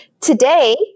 Today